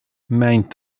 mijn